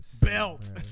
Belt